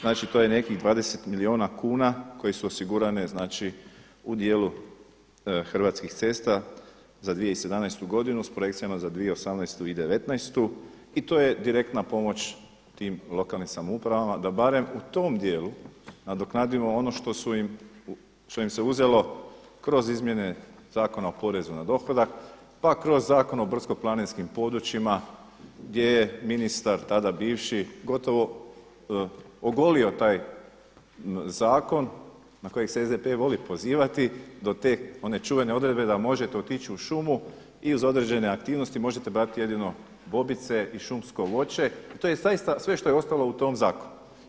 Znači to je nekih 20 milijuna kuna koje su osigurane znači u dijelu Hrvatskih cesta za 2017. godinu s projekcijama za 2018. i '19.-tu i to je direktna pomoć tim lokalnim samoupravama da barem u tom dijelu nadoknadimo ono što im se uzelo kroz izmjene Zakona o porezu na dohodak, pa kroz Zakon o brdsko planinskim područjima gdje je ministar tada bivši gotovo ogolio taj zakon na kojeg se SDP voli pozivati do te one čuvene odredbe da možete otići u šumu i za određene aktivnosti možete brati jedino bobice i šumsko voće i to je zaista sve što je ostalo u tom zakonu.